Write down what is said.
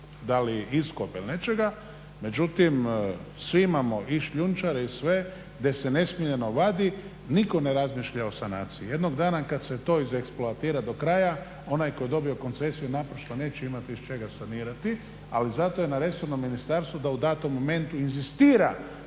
da li iskopa ili nečega, međutim svi imamo i šljunčare i sve gdje se nesmiljeno vadi, nitko ne razmišlja o sanaciji. Jednog dana kad se to izeksploatira do kraja onaj tko je dobio koncesiju naprosto neće imati iz čega sanirati, ali zato je na resornom ministarstvu da u datom momentu inzistira